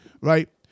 right